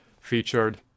featured